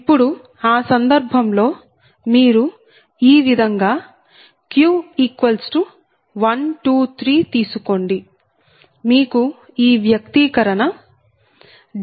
ఇప్పుడు ఆ సందర్భంలో మీరు ఈ విధంగా q 123 తీసుకోండి మీకు ఈ వ్యక్తీకరణ dPLossdP12P1B112B21P22B31P30